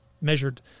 measured